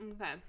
Okay